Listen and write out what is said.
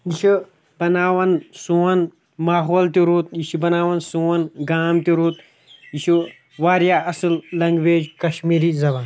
یہِ چھِ بَناوَن سون ماحول تہِ رُت یہِ چھِ بناوَن سون گام تہِ رُت یہِ چھُ واریاہ اَصٕل لنٛگویج کَشمیٖری زبان